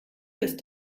bist